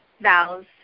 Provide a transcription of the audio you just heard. vows